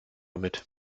mit